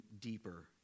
Deeper